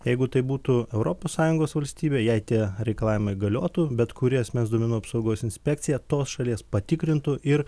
jeigu tai būtų europos sąjungos valstybė jai tie reikalavimai galiotų bet kuri asmens duomenų apsaugos inspekcija tos šalies patikrintų ir